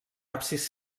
absis